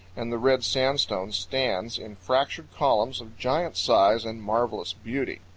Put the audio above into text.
and the red sandstone stands in fractured columns of giant size and marvelous beauty.